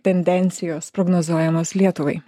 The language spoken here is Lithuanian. tendencijos prognozuojamos lietuvai